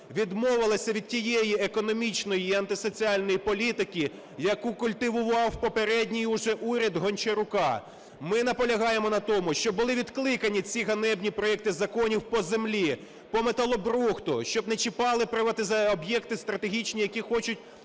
відмовилася від тієї економічної і антисоціальної політики, яку культивував попередній уже уряд Гончарука. Ми наполягаємо на тому, щоб були відкликані ці ганебні проекти законів по землі, по металобрухту, щоб не чіпали об’єкти стратегічні, які хочуть